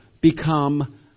become